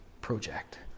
project